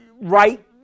right